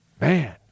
man